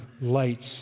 lights